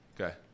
Okay